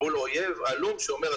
מול אויב עלום שאומר,